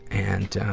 and,